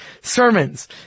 sermons